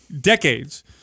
decades